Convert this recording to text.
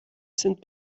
sind